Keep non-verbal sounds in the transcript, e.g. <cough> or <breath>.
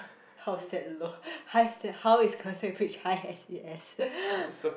how's that low how's that how is bridge high S_E_S <breath>